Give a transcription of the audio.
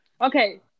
Okay